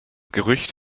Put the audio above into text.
gerücht